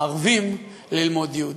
הערבים ללמוד יהודית.